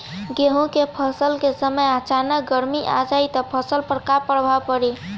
गेहुँ के फसल के समय अचानक गर्मी आ जाई त फसल पर का प्रभाव पड़ी?